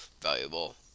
valuable